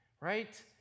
right